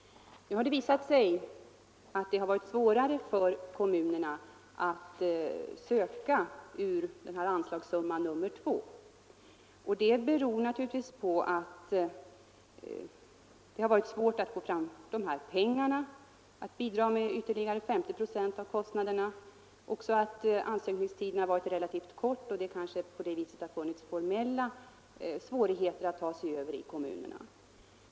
Nu har det visat sig vara svårare för kommunerna att söka anslag ur den senare anslagssumman. Det beror naturligtvis på att det har varit svårt att få fram de här pengarna — för att bidra med ytterligare 50 procent av kostnaderna — samt på att ansökningstiden varit relativt kort. Det har kanske därigenom funnits formella svårigheter för kommunerna att bemästra.